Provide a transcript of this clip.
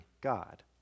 God